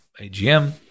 AGM